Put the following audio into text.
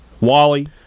Wally